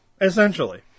essentially